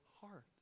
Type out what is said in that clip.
heart